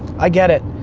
i get it.